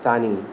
तानि